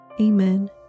Amen